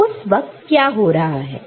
तो उस वक्त क्या हो रहा है